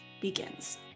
begins